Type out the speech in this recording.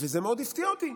וזה מאוד הפתיע אותי,